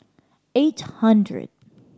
eight hundred